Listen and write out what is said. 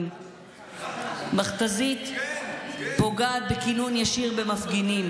שמכת"זית פוגעת בכינון ישיר במפגינים.